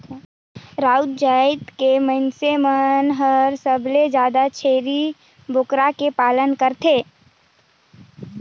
राउत जात के मइनसे मन हर सबले जादा छेरी बोकरा के पालन करथे